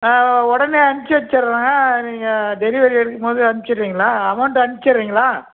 ஆ உடனே அனுப்ச்சிவச்சிடுறேன் நீங்கள் டெலிவரி எடுக்கும்போது அனுப்ச்சிடுறீங்களா அமௌண்ட் அனுப்ச்சிடுறீங்களா